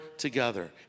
together